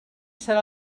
serà